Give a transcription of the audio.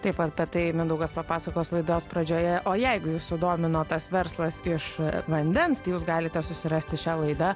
taip apie tai mindaugas papasakos laidos pradžioje o jeigu jus sudomino tas verslas iš vandens tai jūs galite susirasti šią laidą